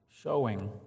showing